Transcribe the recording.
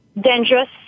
dangerous